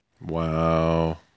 Wow